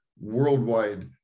worldwide